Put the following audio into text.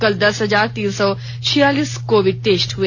कल दस हजार तीन सौ छियासलीस कोविड टेस्ट हुए